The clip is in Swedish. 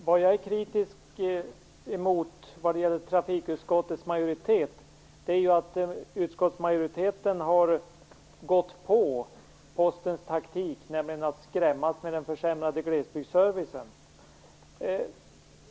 Fru talman! Jag är kritisk mot att utskottsmajoriteten har lurats av Postens taktik att skrämmas med försämrad glesbygdsservice.